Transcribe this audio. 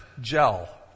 gel